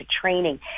training